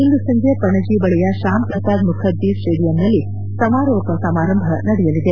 ಇಂದು ಸಂಜೆ ಪಣಜಿ ಬಳಿಯ ಶ್ವಾಂಪ್ರಸಾದ್ ಮುಖರ್ಜೆ ಸ್ಪೇಡಿಯಂನಲ್ಲಿ ಸಮಾರೋಪ ಸಮಾರಂಭ ನಡೆಯಲಿದೆ